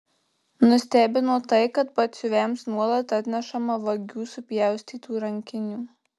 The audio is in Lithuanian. nustebino tai kad batsiuviams nuolat atnešama vagių supjaustytų rankinių